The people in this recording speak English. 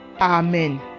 Amen